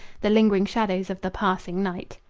the lingering shadows of the passing night.